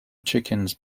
chickens